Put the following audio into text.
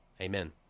amen